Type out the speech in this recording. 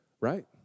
right